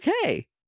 Okay